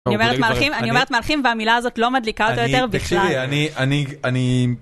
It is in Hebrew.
אני אומרת מלכים אני אומרת מלכים והמילה הזאת לא מדליקה אותו יותר בכלל אני אני אני.